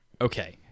Okay